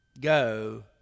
go